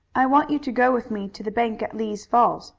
i want you to go with me to the bank at lee's falls.